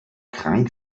krank